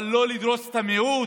אבל לא לדרוס את המיעוט.